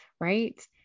right